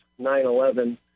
9-11